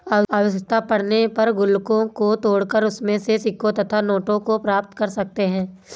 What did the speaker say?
आवश्यकता पड़ने पर गुल्लक को तोड़कर उसमें से सिक्कों तथा नोटों को प्राप्त कर सकते हैं